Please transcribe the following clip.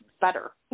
better